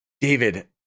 David